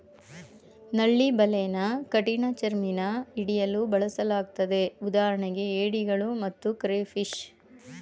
ನಳ್ಳಿ ಬಲೆನ ಕಠಿಣಚರ್ಮಿನ ಹಿಡಿಯಲು ಬಳಸಲಾಗ್ತದೆ ಉದಾಹರಣೆಗೆ ಏಡಿಗಳು ಮತ್ತು ಕ್ರೇಫಿಷ್